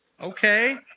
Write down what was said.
Okay